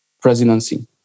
presidency